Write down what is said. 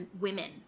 women